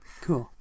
Cool